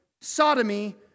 sodomy